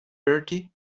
bertie